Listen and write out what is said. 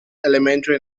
elementary